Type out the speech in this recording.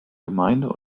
gemeinde